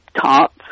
tarts